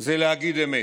הוא להגיד אמת,